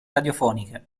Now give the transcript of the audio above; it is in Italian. radiofoniche